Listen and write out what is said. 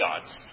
gods